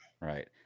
right